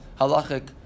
halachic